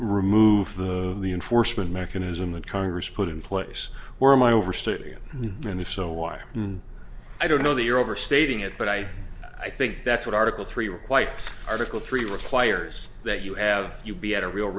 remove the enforcement mechanism that congress put in place where am i overstating it and if so why i don't know that you're overstating it but i i think that's what article three requite article three requires that you have you be at a real